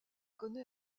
connaît